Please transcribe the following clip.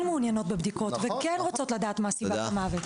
מעוניינות בבדיקות וכן רוצו לדעת מה סיבת המוות.